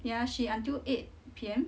ya she until eight P_M